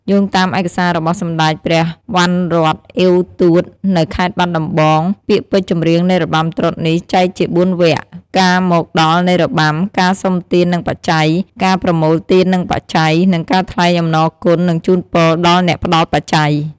យោងតាមឯកសាររបស់សម្ដេចព្រះវណ្ណរ័ត្ន អ៉ីវ ទួត នៅខេត្តបាត់ដំបង ពាក្យពេចន៍ចម្រៀងនៃរបាំត្រុដិនេះចែកជា៤វគ្គ ការមកដល់នៃរបាំ ការសុំទាននិងបច្ច័យ ការប្រមូលទាននិងបច្ច័យ និងការថ្លែងអំណរគុណនិងជូនពរដល់អ្នកផ្ដល់បច្ច័យ។